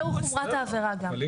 חומרת העבירה גם.